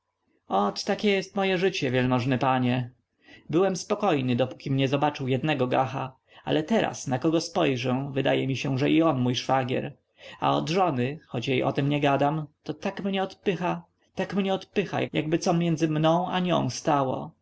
oczy ot takie jest moje życie wielmożny panie byłem spokojny dopókim nie zobaczył jednego gacha ale teraz na kogo spojrzę wydaje mi się że i on mój szwagier a od żony choć jej o tem nie gadam to tak mnie odpycha tak mnie odpycha jakby co między mną i nią stało